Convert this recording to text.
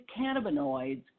cannabinoids